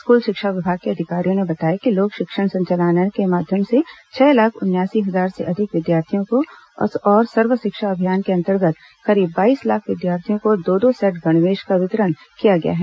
school शिक्षा विभाग के अधिकारियों ने बताया कि लोक शिक्षण संचालनालय के माध्यम से छह लाख उनयासी हजार से अधिक विद्यार्थियों और सर्वशिक्षा अभियान के अंतर्गत करीब बाईस लाख विद्यार्थी को दो दो सेट गणवेश का वितरण किया गया है